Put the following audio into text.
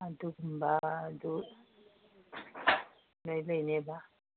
ꯑꯗꯨꯒꯨꯝꯕ ꯑꯗꯨ ꯂꯣꯏ ꯂꯩꯅꯦꯕ